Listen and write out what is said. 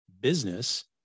business